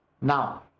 now